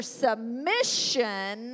submission